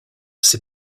ses